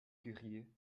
curieux